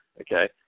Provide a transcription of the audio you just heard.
okay